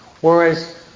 whereas